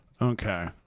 Okay